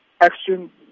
action